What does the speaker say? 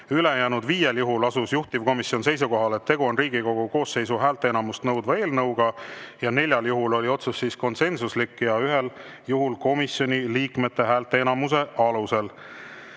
Ülejäänud viiel juhul asus juhtivkomisjon seisukohale, et tegu on Riigikogu koosseisu häälteenamust nõudva eelnõuga, ja neljal juhul oli otsus konsensuslik, ühel juhul [tehti otsus] komisjoni liikmete häälteenamuse alusel.